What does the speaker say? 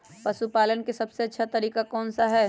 पशु पालन का सबसे अच्छा तरीका कौन सा हैँ?